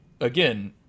Again